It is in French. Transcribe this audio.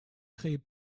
créez